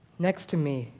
next to me,